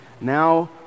Now